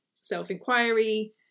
self-inquiry